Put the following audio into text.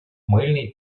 мыльной